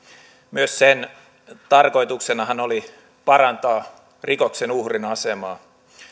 myös sen tarkoituksenahan oli parantaa rikoksen uhrin asemaa